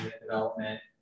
development